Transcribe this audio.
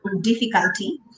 difficulty